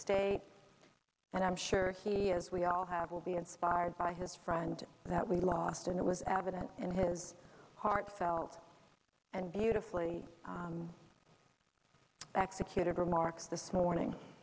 state and i'm sure he as we all have will be inspired by his friend that we lost and it was added that in his heartfelt and beautifully executed remarks this morning